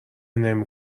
نمی